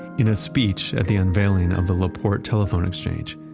in a speech at the unveiling of the la porte telephone exchange,